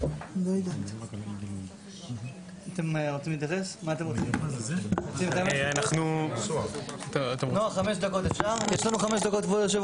(הישיבה נפסקה בשעה 13:45 ונתחדשה בשעה